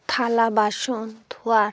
থালা বাসন ধোয়ার